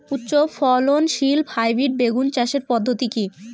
উচ্চ ফলনশীল হাইব্রিড বেগুন চাষের পদ্ধতি কী?